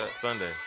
Sunday